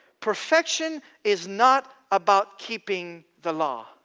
perfection is not about keeping the law,